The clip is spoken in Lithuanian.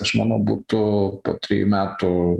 aš manau būtų po trijų metų